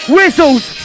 Whistles